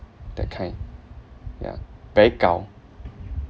that kind ya very gao